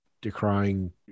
decrying